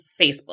Facebook